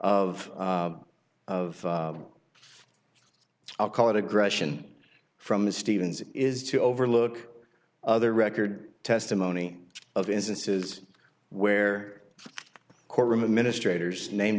of of i'll call it aggression from the stevens is to overlook other record testimony of instances where courtroom administrators name